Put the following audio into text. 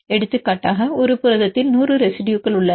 எடுத்துக்காட்டாக ஒரு புரதத்தில் 100 ரெசிடுயுகள் உள்ளன